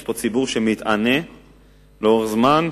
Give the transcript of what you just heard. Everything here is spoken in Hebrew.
יש פה ציבור שמתענה לאורך זמן,